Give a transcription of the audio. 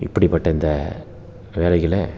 இப்படிப்பட்ட இந்த வேலைகளை